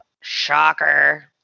Shocker